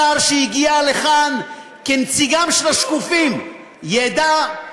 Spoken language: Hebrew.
השר שהגיע לכאן כנציגם של השקופים ידע,